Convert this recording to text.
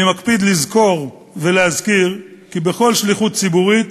אני מקפיד לזכור ולהזכיר כי בכל שליחות ציבורית